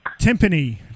timpani